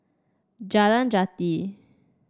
Jalan Jati